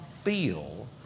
feel